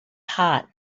hot